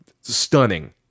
stunning